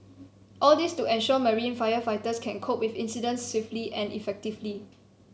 all this to ensure marine firefighters can cope with incidents swiftly and effectively